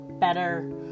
better